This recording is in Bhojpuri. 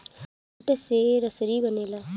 जूट से रसरी बनेला